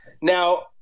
Now